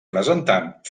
presentant